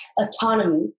autonomy